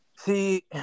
See